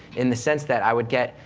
in a sense that i would get,